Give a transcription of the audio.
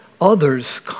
others